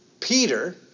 Peter